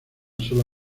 sola